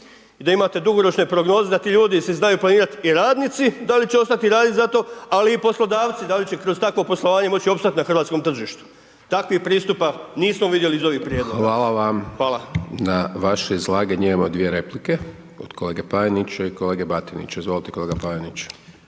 I da imate dugoročne prognoze da ti ljudi si znaju planirat i radnici da li će ostati raditi za tog ali i poslodavci da li će kroz takvo poslovanje moći opstat na hrvatskom tržištu, takvih pristupa nismo vidjeli iz ovih prijedloga. Hvala. **Hajdaš Dončić, Siniša (SDP)** Hvala vam. Na vaše izlaganje imamo dvije replike, do kolege Panenića i kolege Batinića. Izvolite, kolega Panenić.